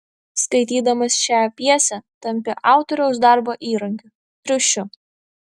skaitydamas šią pjesę tampi autoriaus darbo įrankiu triušiu